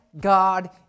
God